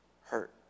hurt